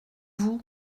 vous